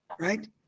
Right